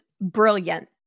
brilliant